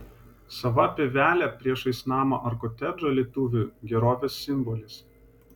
sava pievelė priešais namą ar kotedžą lietuviui gerovės simbolis